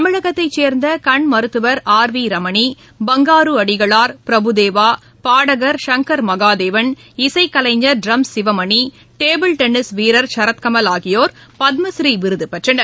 தமிழகத்தை சே்ந்த கண் மருத்துவர் ஆர் வி ரமணி பங்காரு அடிகளார் பிரபுதேவா பாடகள் சங்கர் மகாதேவன் இசைக் கலைஞர் ட்ரம்ஸ் சிவமணி டேபிள் டென்னிஸ் வீரர் சரத்கமல் ஆகியோ் பத்மஸ்ரீ விருது பெற்றனர்